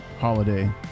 holiday